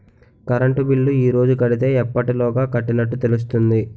Current bill ఈ రోజు కడితే ఎప్పటిలోగా కట్టినట్టు తెలుస్తుంది?